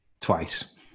Twice